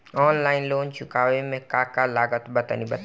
Online loan चुकावे म का का लागत बा तनि बताई?